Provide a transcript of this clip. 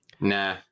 Nah